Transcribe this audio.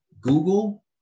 Google